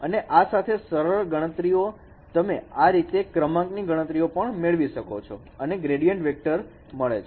અને આ સાથે સરળ ગણતરીઓ તમે આ રીતે ક્રમાંકની ગણતરીઓ મેળવી શકો છો અને ગ્રેડીએન્ટ વેક્ટર મળે છે